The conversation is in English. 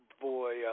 boy